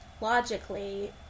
logically